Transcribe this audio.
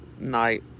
night